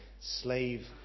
slave